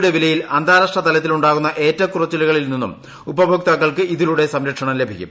യുടെ വിലയിൽ അന്താരാഷ്ട്ര തലത്തിലുണ്ടാകുന്ന ഏറ്റക്കുറച്ചിലുകളിൽ നിന്നും ഉപഭോക്താക്കൾക്ക് ഇതിലൂടെ സംരക്ഷണം ലഭിക്കും